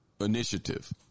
initiative